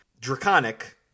Draconic